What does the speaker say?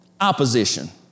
opposition